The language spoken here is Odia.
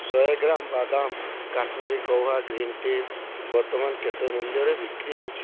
ଶହେ ଗ୍ରାମ ବାଦାମ କାଶ୍ମିରୀ କାହୱା ଗ୍ରୀନ୍ ଟି ବର୍ତ୍ତମାନ କେତେ ମୂଲ୍ୟରେ ବିକ୍ରି ହେଉଛି